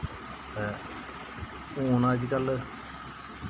ते हू'न अजकल्ल